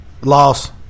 Loss